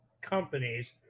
companies